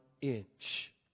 inch